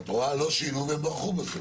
את רואה, לא שינו והם ברחו בסוף.